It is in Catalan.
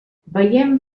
veiem